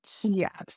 Yes